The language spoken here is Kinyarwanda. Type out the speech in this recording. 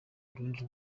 rundi